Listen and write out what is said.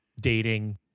dating